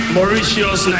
Mauritius